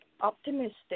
optimistic